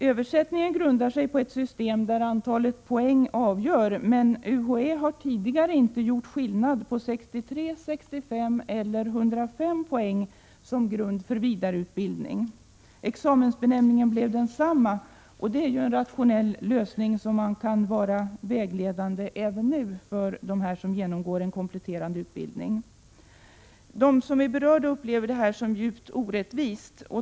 Översättningen grundar sig på ett system där antalet poäng avgör, men UHÄ har tidigare inte gjort någon skillnad på 63, 65 eller 105 poäng som grund för vidareutbildning. Examensbenämningen blev i de fallen densamma. Det är en rationell lösning, som kan vara vägledande även nu när det gäller dem som genomgår en kompletterande utbildning. De berörda upplever det nuvarande förhållandet som djupt orättvist.